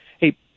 hey